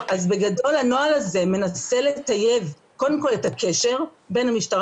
אז בגדול הנוהל הזה מנסה לטייב קודם כל את הקשר בין המשטרה